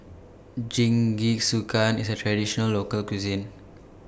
Jingisukan IS A Traditional Local Cuisine